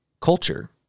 culture